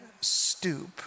stoop